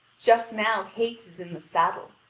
just now hate is in the saddle,